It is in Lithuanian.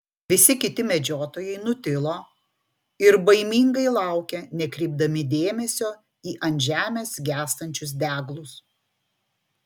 visi kiti medžiotojai nutilo ir baimingai laukė nekreipdami dėmesio į ant žemės gęstančius deglus